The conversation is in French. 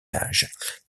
âge